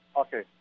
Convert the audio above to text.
Okay